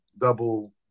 double